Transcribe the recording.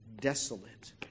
desolate